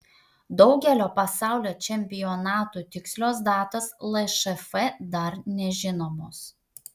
daugelio pasaulio čempionatų tikslios datos lšf dar nežinomos